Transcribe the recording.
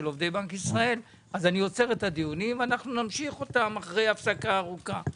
עובדי בנק ישראל ואנחנו נמשיך אותם אחרי הפסקה ארוכה.